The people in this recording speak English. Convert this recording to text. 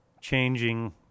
changing